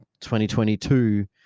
2022